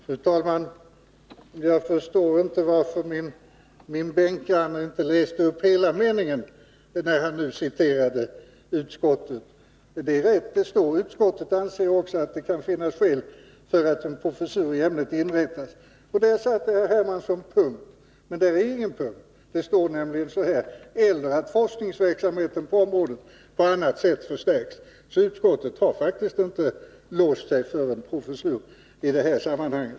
Fru talman! Jag förstår inte varför min bänkgranne inte läste upp hela meningen, när han nu citerade utskottet. Det är riktigt att utskottet skriver att det ”kan finnas skäl för att en professur i ämnet inrättas”. Där satte Carl-Henrik Hermansson punkt. Men det är inte punkt där. Meningen fortsätter nämligen med ”eller att forskningsverksamheten på området på annat sätt förstärks”. Så utskottet har faktiskt inte låst sig för en professur.